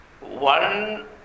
one